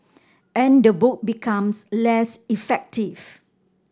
and the book becomes less effective